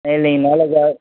இல்லைங்க மேலே